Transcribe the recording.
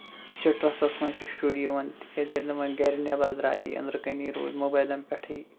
سِٹرسس منٛز چھِ شُرۍ یِوان تِکیٛازِ ییٚلہِ نہٕ وۄنۍ گرِ نیبر درٛایہِ أندرٕ کَنہِ روٗدۍ موبایلَن پٮ۪ٹھٕے